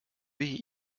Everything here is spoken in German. weh